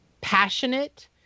passionate